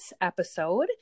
episode